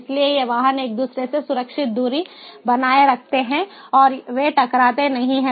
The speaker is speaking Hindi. इसलिए ये वाहन एक दूसरे से सुरक्षित दूरी बनाए रख सकते हैं और वे टकराते नहीं हैं